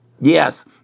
Yes